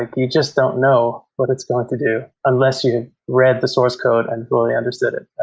ah you just don't know what it's going to do, unless you read the source code and fully understood it.